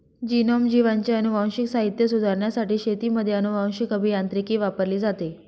genome, जीवांचे अनुवांशिक साहित्य सुधारण्यासाठी शेतीमध्ये अनुवांशीक अभियांत्रिकी वापरली जाते